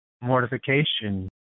mortification